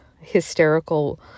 hysterical